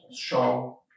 show